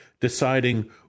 deciding